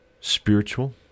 spiritual